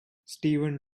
steven